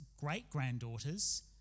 great-granddaughters